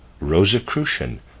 Rosicrucian